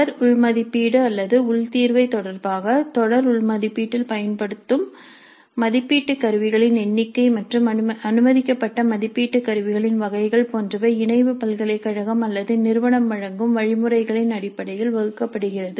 தொடர் உள் மதிப்பீடு அல்லது உள் தீர்வை தொடர்பாக தொடர் உள் மதிப்பீட்டில் பயன்படுத்தும் மதிப்பீட்டு கருவிகளின் எண்ணிக்கை மற்றும் அனுமதிக்கப்பட்ட மதிப்பீட்டு கருவிகளின் வகைகள் போன்றவை இணைவு பல்கலைக்கழகம் அல்லது நிறுவனம் வழங்கும் வழி முறைகளின் அடிப்படையில் வகுக்கப்படுகிறது